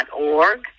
org